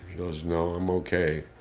he goes, no, i'm ok.